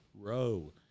Row